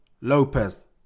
Lopez